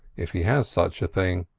if he has such a thing.